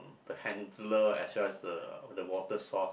the handler as well as the the water source